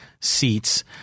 seats